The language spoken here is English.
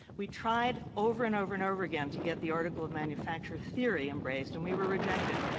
we tried over and over and over again to get the article of manufacture's theory embraced, and we were rejected.